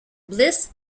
bliss